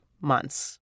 months